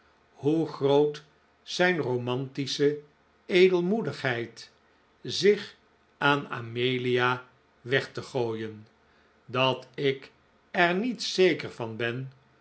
hoe groot zijn romantische edelmoedigheid zich aan amelia weg te gooien dat ik er niet zeker van ben